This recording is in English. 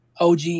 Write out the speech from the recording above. OG